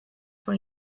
for